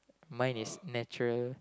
mine is natural